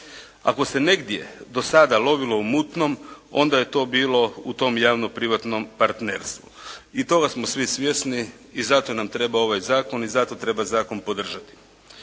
Ako se negdje do sada lovilo u mutnom, onda je to bilo u tom javno privatnom partnerstvu. I toga smo svi svjesni i zato nam treba ovaj zakon i zato treba zakon podržati.